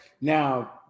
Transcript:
Now